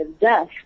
death